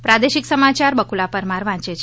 પ્રાદેશિક સમાચાર બકુલા પરમાર વાંચે છે